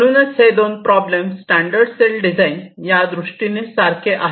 म्हणून हे दोन प्रॉब्लेम स्टॅंडर्ड सेल डिझाईन यादृष्टीने सारखे आहेत